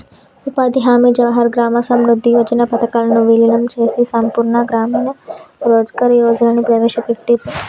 ఉపాధి హామీ, జవహర్ గ్రామ సమృద్ధి యోజన పథకాలను వీలీనం చేసి సంపూర్ణ గ్రామీణ రోజ్గార్ యోజనని ప్రవేశపెట్టిర్రు